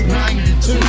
92